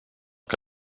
que